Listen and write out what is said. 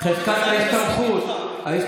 חזקת ההסתמכות.